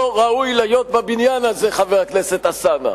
לא ראוי להיות בבניין הזה, חבר הכנסת אלסאנע.